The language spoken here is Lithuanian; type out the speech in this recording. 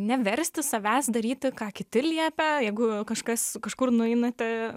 neversti savęs daryti ką kiti liepia jeigu kažkas kažkur nueinate